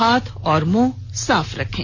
हाथ और मुंह साफ रखें